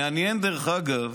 מעניין, דרך אגב,